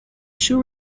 two